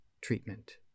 treatment